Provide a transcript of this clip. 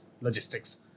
logistics